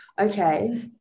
Okay